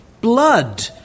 blood